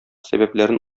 сәбәпләрен